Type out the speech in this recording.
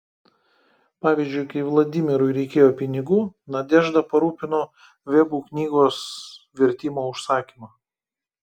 pavyzdžiui kai vladimirui reikėjo pinigų nadežda parūpino vebų knygos vertimo užsakymą